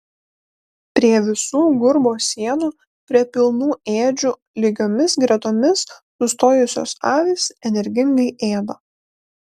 prie visų gurbo sienų prie pilnų ėdžių lygiomis gretomis sustojusios avys energingai ėda